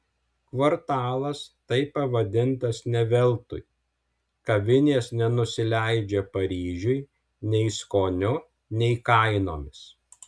kvartalas taip pavadintas ne veltui kavinės nenusileidžia paryžiui nei skoniu nei kainomis